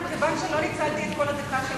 כיוון שלא ניצלתי את כל הדקה שלי,